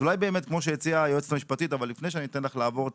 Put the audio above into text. אולי באמת כמו שהציעה היועצת המשפטית נעבור על